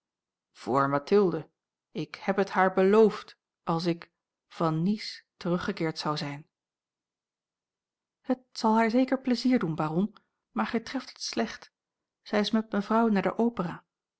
voor mathilde ik heb het haar beloofd als ik van nice teruggekeerd zou zijn het zal haar zeker pleizier doen baron maar gij treft het slecht zij is met mevrouw naar de opera